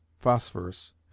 phosphorus